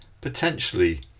potentially